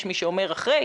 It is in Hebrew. יש מי שאומר אחרי,